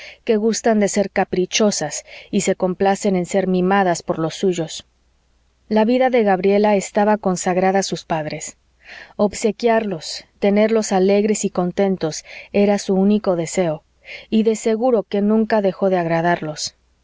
que gustan de ser caprichosas y se complacen en ser mimadas por los suyos la vida de gabriela estaba consagrada a sus padres obsequiarlos tenerlos alegres y contentos era su único deseo y de seguro que nunca dejó de agradarlos